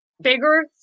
bigger